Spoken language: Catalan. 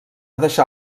deixar